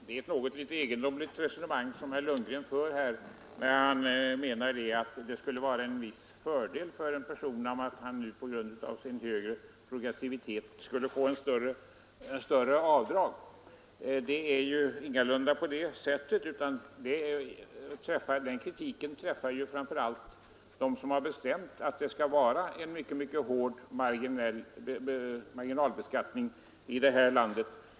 Herr talman! Det är ett egendomligt resonemang herr Lundgren för när han säger att det skulle vara en viss fördel för en person om han på grund av att han har högre progressivitet än andra skulle få ett större avdrag. Det är ingalunda på det sättet. Den kritiken träffar framför allt den som har bestämt den mycket hårda marginalbeskattningen i det här landet.